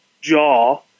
jaw